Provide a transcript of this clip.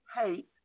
hate